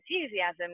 enthusiasm